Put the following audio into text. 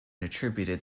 attributed